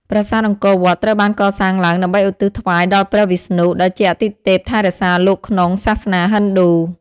ប្រាសាទអង្គរវត្ត ត្រូវបានកសាងឡើងដើម្បីឧទ្ទិសថ្វាយដល់ព្រះវិស្ណុ ដែលជាអាទិទេពថែរក្សាលោកក្នុងសាសនាហិណ្ឌូ។